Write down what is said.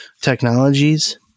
Technologies